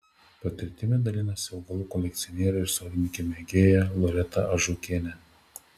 patirtimi dalinasi augalų kolekcionierė ir sodininkė mėgėja loreta ažukienė